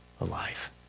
alive